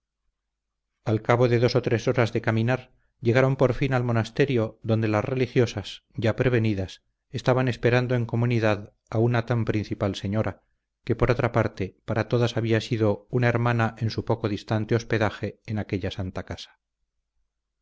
al cabo de dos o tres horas de caminar llegaron por fin al monasterio donde las religiosas ya prevenidas estaban esperando en comunidad a una tan principal señora que por otra parte para todas había sido una hermana en su poco distante hospedaje en aquella santa casa